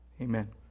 Amen